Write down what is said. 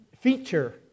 feature